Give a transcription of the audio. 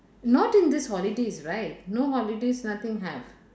not in this holidays right no holidays nothing have